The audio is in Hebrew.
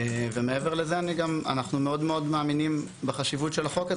מעבר לזה, אנו מאוד מאמינים בחשיבות החוק.